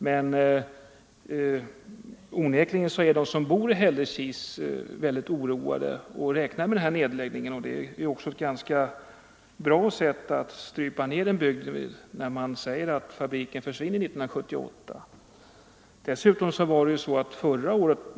Men onekligen är de som bor i Hällekis väldigt oroade och räknar med den här nedläggningen. Att säga att fabriken försvinner 1978 är också ett ganska bra sätt att strypa ned en bygd.